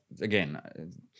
again